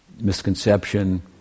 misconception